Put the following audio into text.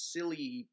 Silly